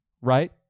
right